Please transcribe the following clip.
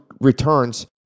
returns